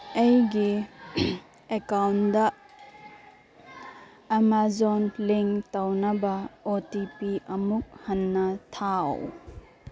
ꯑꯩꯒꯤ ꯑꯦꯛꯀꯥꯎꯟꯗ Amazon link ꯇꯧꯅꯕ ꯑꯣ ꯇꯤ ꯄꯤ ꯑꯃꯨꯛ ꯍꯟꯅ ꯊꯥꯎ